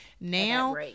Now